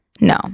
no